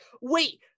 Wait